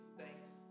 thanks